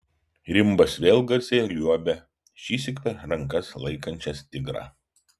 rimbas vėl garsiai liuobia šįsyk per rankas laikančias tigrą